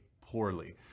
poorly